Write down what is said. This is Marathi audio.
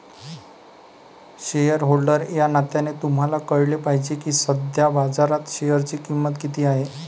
शेअरहोल्डर या नात्याने तुम्हाला कळले पाहिजे की सध्या बाजारात शेअरची किंमत किती आहे